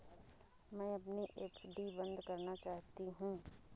मैं अपनी एफ.डी बंद करना चाहती हूँ